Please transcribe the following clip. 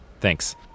thanks